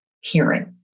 hearing